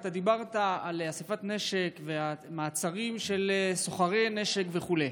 אתה דיברת על איסוף נשק ועל מעצרים של סוחרי נשק וכו'.